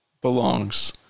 belongs